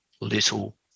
little